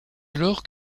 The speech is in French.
alors